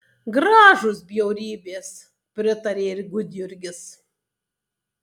gražūs bjaurybės pritarė ir gudjurgis